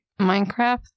Minecraft